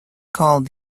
called